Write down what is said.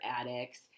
addicts